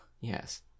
yes